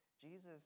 Jesus